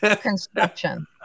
construction